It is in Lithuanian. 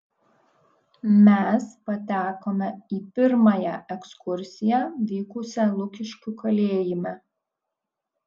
mes patekome į pirmąją ekskursiją vykusią lukiškių kalėjime